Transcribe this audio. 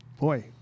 boy